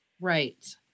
Right